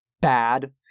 bad